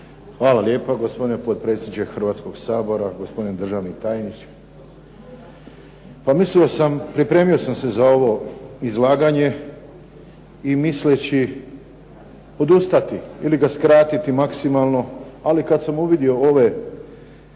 Hvala lijepa gospodine potpredsjedniče Hrvatskog sabora, gospodine državni tajniče. Pa mislio sam, pripremio sam se za ovo izlaganje i misleći odustati ili ga skratiti maksimalno, ali kad sam uvidio ove